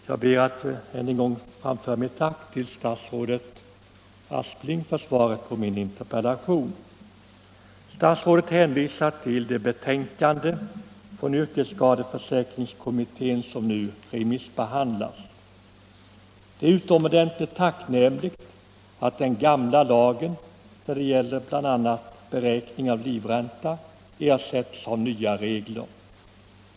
Herr talman! Jag ber att få framföra mitt tack till statsrådet Aspling också för svaret på denna interpellation. Statsrådet hänvisar till det betänkande från yrkesskadeförsäkringskommittén som nu remissbehandlas. Det är utomordentligt tacknämligt att den gamla lagen när det gäller bl.a. beräkningen av livränta ersätts av nya regler.